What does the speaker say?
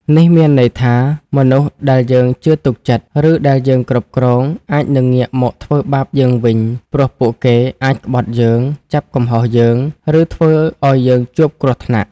នេះមានន័យថាមនុស្សដែលយើងជឿទុកចិត្ត ឬដែលយើងគ្រប់គ្រង អាចនឹងងាកមកធ្វើបាបយើងវិញព្រោះពួកគេអាចក្បត់យើង ចាប់កំហុសយើង ឬធ្វើឱ្យយើងជួបគ្រោះថ្នាក់។